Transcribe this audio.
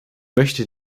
möchte